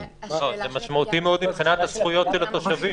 משמעותי מאוד מבחינת הזכויות של התושבים.